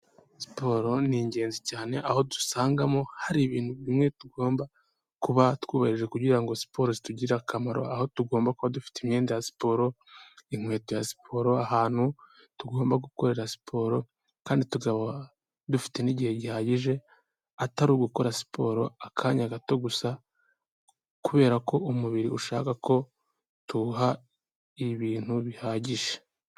Siporo ni ingenzi cyane aho dusangamo hari ibintu bimwe tugomba kuba twubahiriije kugira siporo zitugirire akamaro aho tugomba kuba dufite imyenda ya siporo, inkweto ya siporo, ahantu tugomba gukorera siporo kandi tukaba dufite n'igihe gihagije atari ugukora siporo akanya gato gusa kubera ko umubiri ushaka ko tuwuha ibintu bihagije.